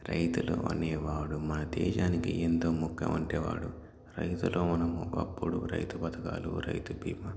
రైతులు అనేవాడు మన దేశానికి ఎంతో ముక్కవంటివాడు రైతులు మనం ఒకప్పుడు రైతు పథకాలు రైతు భీమా